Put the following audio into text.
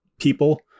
people